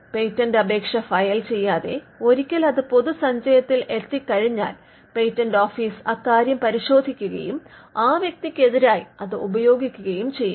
patent അപക്ഷേ file ചെയ്യാതെ ഒരിക്കൽ അത് പൊതു സഞ്ചയത്തിൽ എത്തികഴിഞ്ഞാൽ പേറ്റന്റ് ഓഫീസ് അക്കാര്യം പരിശോധിക്കുകയും ആ വ്യക്തിക്കെതിരായി അത് ഉപയോഗിക്കുകയും ചെയ്യും